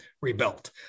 rebuilt